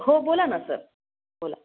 हो बोला ना सर बोला